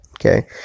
Okay